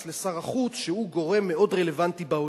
לשר החוץ שהוא גורם מאוד רלוונטי בעולם,